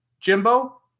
Jimbo